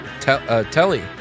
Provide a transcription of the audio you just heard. telly